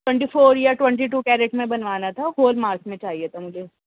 twenty four یا twenty two carat میں بنوانا تھا ہال مارک میں چاہیے تھا مجھے